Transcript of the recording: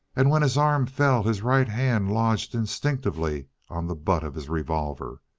and when his arms fell, his right hand lodged instinctively on the butt of his revolver.